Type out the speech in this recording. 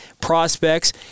prospects